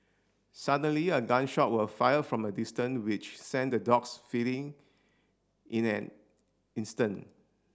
suddenly a gun shot were fired from a distance which sent the dogs fleeing in an instant